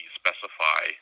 specify